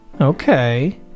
Okay